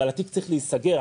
אבל התיק צריך להיסגר,